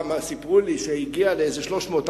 סיפרו לי שהגיעה לאיזה 300,